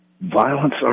violence